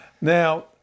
Now